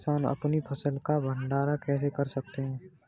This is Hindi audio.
किसान अपनी फसल का भंडारण कैसे कर सकते हैं?